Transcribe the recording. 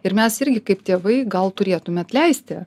ir mes irgi kaip tėvai gal turėtume atleisti